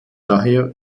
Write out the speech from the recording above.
daher